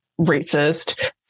racist